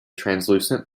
translucent